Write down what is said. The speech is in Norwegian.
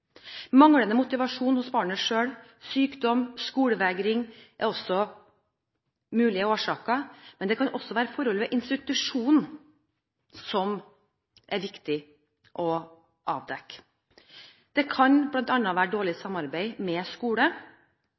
Manglende motivasjon hos barnet selv, sykdom og skolevegring er også mulige årsaker. Men det kan også være forhold ved institusjonen som er viktig å avdekke. Det kan bl.a. være dårlig samarbeid med skole